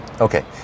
okay